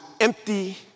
empty